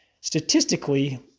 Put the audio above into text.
Statistically